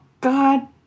god